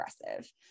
aggressive